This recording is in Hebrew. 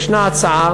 יש הצעה